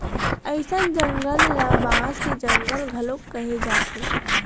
अइसन जंगल ल बांस के जंगल घलोक कहे जाथे